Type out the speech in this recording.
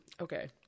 Okay